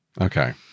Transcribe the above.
Okay